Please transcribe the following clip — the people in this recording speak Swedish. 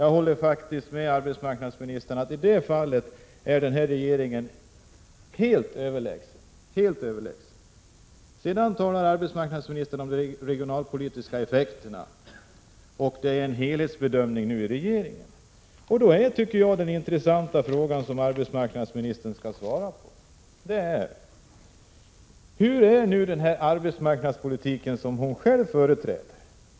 Jag håller faktiskt med arbetsmarknadsministern — i det fallet är den nuvarande regeringen helt överlägsen. Sedan talar arbetsmarknadsministern om de regionalpolitiska effekterna av att det nu har gjorts en helhetsbedömning i regeringen. Den intressanta frågan är då, och den måste arbetsmarknadsministern svara på: Hurudan är den arbetsmarknadspolitik som hon själv företräder?